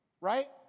right